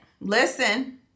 Listen